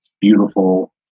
beautiful